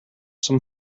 some